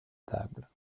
table